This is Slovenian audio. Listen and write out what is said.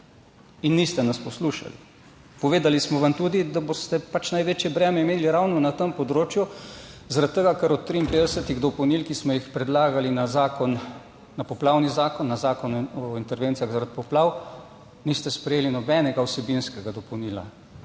in niste nas poslušali. Povedali smo vam tudi, da boste pač največje breme imeli ravno na tem področju, zaradi tega, ker od 53 dopolnil, ki smo jih predlagali na zakon, na poplavni zakon, na Zakon o intervencijah zaradi poplav, niste sprejeli nobenega vsebinskega dopolnila.